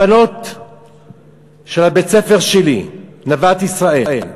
הבנות של בית-הספר שלי, "נוות ישראל",